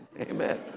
amen